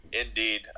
Indeed